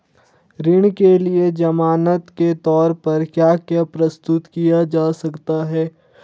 ऋण के लिए ज़मानात के तोर पर क्या क्या प्रस्तुत किया जा सकता है?